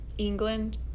England